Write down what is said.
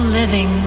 living